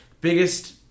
biggest